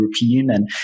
European